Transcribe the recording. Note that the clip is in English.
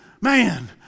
Man